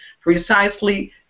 precisely